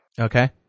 Okay